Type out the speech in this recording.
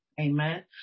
Amen